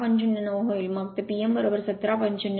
09 होईल मग ते P m 17